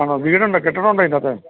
ആണോ വീടുണ്ടോ കെട്ടിടമുണ്ടോ ഇതിന്റെ അകത്ത്